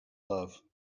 love